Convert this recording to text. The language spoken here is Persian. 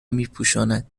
میپوشاند